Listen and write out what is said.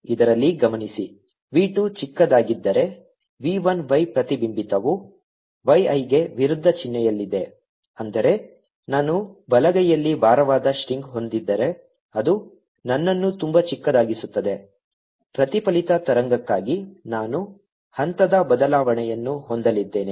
ಇದರಲ್ಲಿ ಗಮನಿಸಿ v 2 ಚಿಕ್ಕದಾಗಿದ್ದರೆ v 1 y ಪ್ರತಿಬಿಂಬಿತವು y i ಗೆ ವಿರುದ್ಧ ಚಿಹ್ನೆಯಲ್ಲಿದೆ ಅಂದರೆ ನಾನು ಬಲಗೈಯಲ್ಲಿ ಭಾರವಾದ ಸ್ಟ್ರಿಂಗ್ ಹೊಂದಿದ್ದರೆ ಅದು ನನ್ನನ್ನು ತುಂಬಾ ಚಿಕ್ಕದಾಗಿಸುತ್ತದೆ ಪ್ರತಿಫಲಿತ ತರಂಗಕ್ಕಾಗಿ ನಾನು ಹಂತದ ಬದಲಾವಣೆಯನ್ನು ಹೊಂದಲಿದ್ದೇನೆ